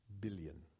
billion